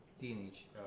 teenage